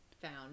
found